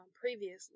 previously